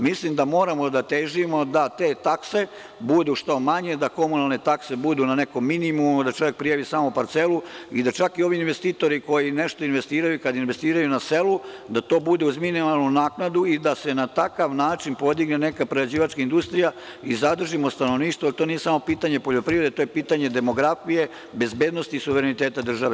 Mislim da moramo da težimo da te takse budu što manje, da komunalne takse budu na nekom minimumu, da čovek prijavi samo parcelu i da čak i ovi investitori koji nešto investiraju, kada investiraju na selu da to bude uz minimalnu naknadu i da se na takav način podigne neka prerađivačka industrija i zadržimo stanovništvo jer to nije samo pitanje poljoprivrede, to je pitanje demografije, bezbednosti i suvereniteta države.